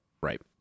Right